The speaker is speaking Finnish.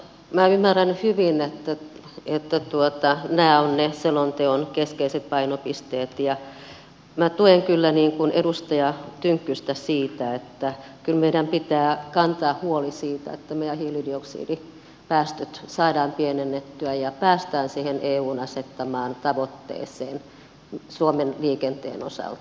minä ymmärrän hyvin että nämä ovat ne selonteon keskeiset painopisteet ja minä tuen kyllä edustaja tynkkystä siinä että kyllä meidän pitää kantaa huoli siitä että meidän hiilidioksidipäästömme saadaan pienennettyä ja päästään siihen eun asettamaan tavoitteeseen suomen liikenteen osalta